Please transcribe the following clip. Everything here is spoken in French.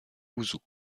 ouzou